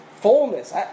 fullness